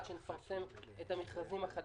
עד שנפרסם את המכרזים החדשים.